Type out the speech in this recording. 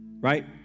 Right